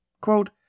Quote